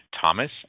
Thomas